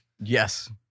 Yes